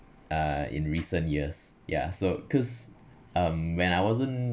uh in recent years yeah so because um when I wasn't